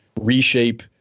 reshape